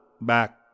back